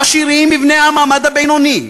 העשירים בבני המעמד הבינוני,